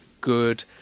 good